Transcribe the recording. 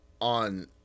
on